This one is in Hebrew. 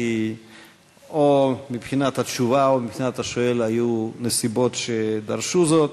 כי או מבחינת התשובה או מבחינת השואל היו נסיבות שדרשו זאת.